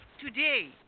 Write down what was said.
today